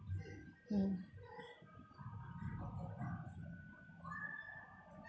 mm